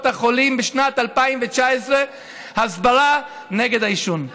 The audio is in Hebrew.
החולים בשנת 2019 להסברה נגד העישון.